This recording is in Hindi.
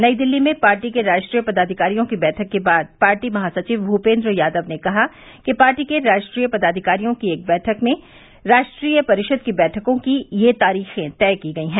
नई दिल्ली में पार्टी के राष्ट्रीय पदाधिकारियों की बैठक के बाद पार्टी महासचिव भूपेन्द्र यादव ने कहा कि पार्टी के राष्ट्रीय पदाधिकारियों की एक बैठक में राष्ट्रीय परिषद की बैठकों की ये तारीखें तय की गई हैं